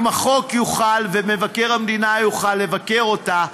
אם החוק יוחל ומבקר המדינה יוכל לבקר אותה,